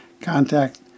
contact